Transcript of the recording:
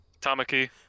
Tamaki